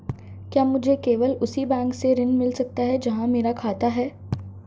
क्या मुझे केवल उसी बैंक से ऋण मिल सकता है जहां मेरा खाता है?